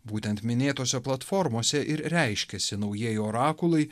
būtent minėtose platformose ir reiškiasi naujieji orakulai